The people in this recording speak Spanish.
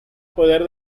poder